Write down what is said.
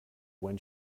when